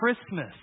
Christmas